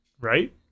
Right